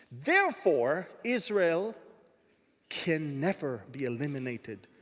therefore, israel can never be eliminated.